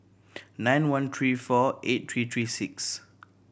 nine one three four eight three three six